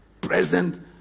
present